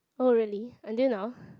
oh really until now